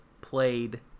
played